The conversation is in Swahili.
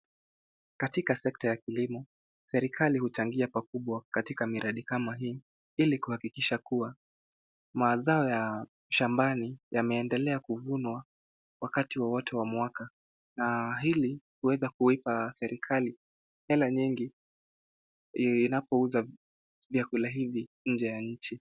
Katika sekta ya kilimo, serikali huchangia pakubwa katika miradi kama hii ili kuhakikisha kuwa mazao ya shambani yameendelea kuvunwa wakati wowote wa mwaka na hili huweza kuipa serikali hela nyingi inapouza vyakula hivi nje ya nchi.